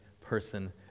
person